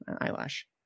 eyelash